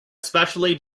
specially